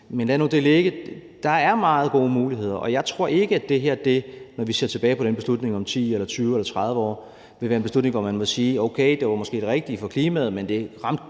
men lad nu det ligge. Der er meget gode muligheder, og jeg tror ikke, at det, når vi ser tilbage på den beslutning om 10, 20 eller 30 år, vil være en beslutning, hvor man må sige, at okay, det var måske det rigtige for klimaet, men det ramte